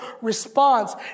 response